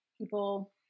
people